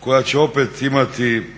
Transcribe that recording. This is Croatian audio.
koja će opet imati